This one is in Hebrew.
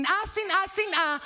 שנאה, שנאה, שנאה.